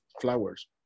flowers